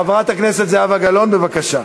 חברת הכנסת זהבה גלאון, בבקשה.